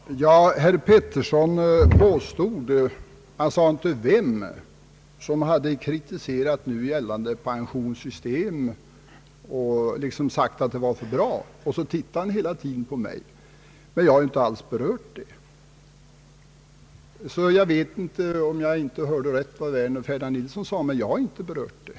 Herr talman! Herr Georg Pettersson påstod att någon hade kritiserat nu gällande pensionssystem och velat göra gällande att det gav för stora förmåner. Han sade inte vem han syftade på, men han tittade hela tiden på mig. Jag har emellertid inte alls berört den saken. Jag vet inte om möjligen herr Werner eller herr Ferdinand Nilsson gjorde något sådant uttalande, men jag har i varje fall inte gjort det.